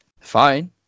fine